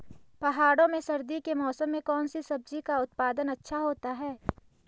पहाड़ों में सर्दी के मौसम में कौन सी सब्जी का उत्पादन अच्छा होता है?